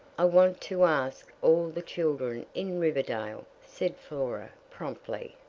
i want to ask all the children in riverdale, said flora, promptly.